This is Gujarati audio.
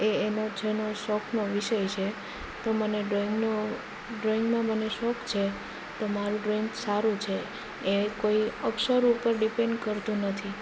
એ એનો જેનો શોખનો વિષય છે તો મને ડ્રોઈંગનો ડ્રોઈંગનો મને શોખ છે તો મારું ડ્રોઈંગ સારું છે એ કોઈ અક્ષરો ઉપર ડિપેન્ડ કરતું નથી